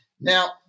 Now